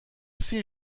سیر